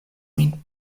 min